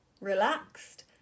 relaxed